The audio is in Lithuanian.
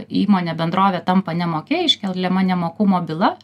įmonė bendrovė tampa nemoki jai iškeliama nemokumo byla